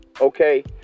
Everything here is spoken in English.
okay